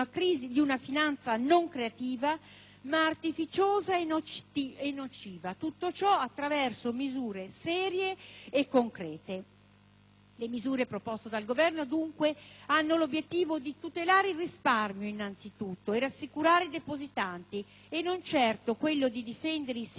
ma artificiosa e nociva; tutto ciò attraverso misure serie e concrete. Le misure proposte dal Governo, dunque, hanno anzitutto l'obiettivo di tutelare il risparmio e di rassicurare i depositanti e non certo quello di difendere i singoli banchieri o gli speculatori finanziari